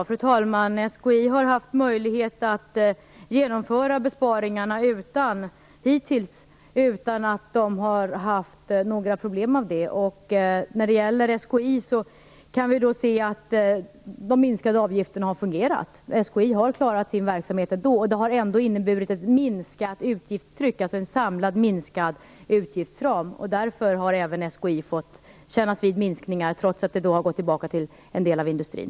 Fru talman! SKI har haft möjlighet att genomföra besparingarna utan att hittills ha haft några problem av det. När det gäller SKI kan vi se att de minskade utgifterna har fungerat: SKI har klarat sin verksamhet ändå. Det har inneburit ett minskat utgiftstryck, dvs. en samlad minskad utgiftsram. Därför har även SKI fått kännas vid minskningar, trots att de har gått tillbaka till en del av industrin.